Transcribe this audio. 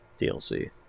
DLC